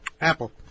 Apple